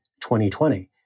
2020